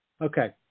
Okay